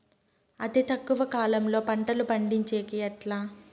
అతి తక్కువ కాలంలో పంటలు పండించేకి ఎట్లా?